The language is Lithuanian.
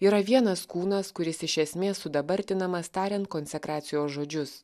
yra vienas kūnas kuris iš esmės sudabartinamas tariant konsekracijos žodžius